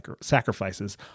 sacrifices